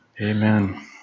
Amen